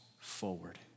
forward